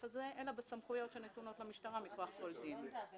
הזה אלא בסמכויות שנתונות למשטרה מכוח כל דין.